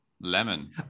lemon